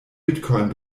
bitcoin